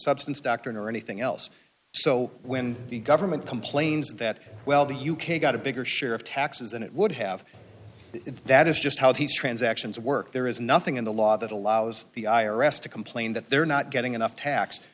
substance doctrine or anything else so when the government complains that well the u k got a bigger share of taxes than it would have that is just how these transactions work there is nothing in the law that allows the i r s to complain that they're not getting enough tax